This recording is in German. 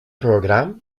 programm